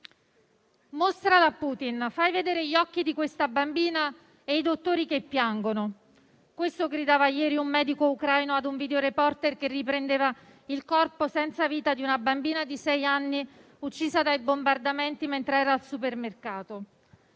"Mostrala a Putin, fai vedere gli occhi di questa bambina e i dottori che piangono": questo gridava ieri un medico ucraino a un *videoreporter* che riprendeva il corpo senza vita di una bambina di sei anni uccisa dai bombardamenti mentre era al supermercato.